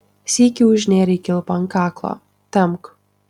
sykį užnėrei kilpą ant kaklo tempk